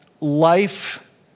life